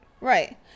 Right